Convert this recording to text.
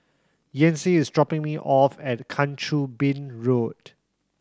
Yancy is dropping me off at Kang Choo Bin Road